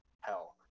hell